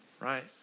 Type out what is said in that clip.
right